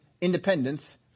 independence